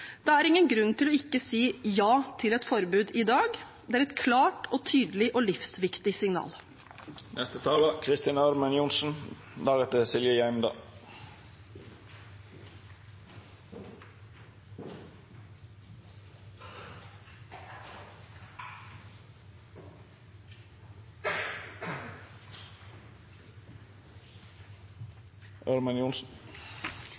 Det er ingen grunn til ikke å si ja til et forbud i dag. Det er et klart og tydelig og livsviktig signal.